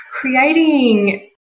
creating